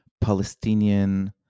Palestinian